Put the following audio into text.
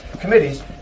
committees